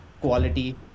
quality